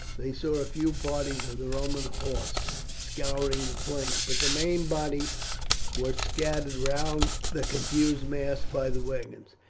they saw a few parties of the roman horse scouring the plain but the main body were scattered round the confused mass by the wagons.